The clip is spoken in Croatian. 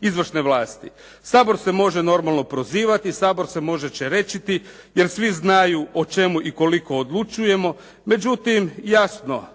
izvršne vlasti. Sabor se može normalno prozivati, Sabor se može čerečiti jer svi znaju o čemu i koliko odlučujemo. Jer jasno,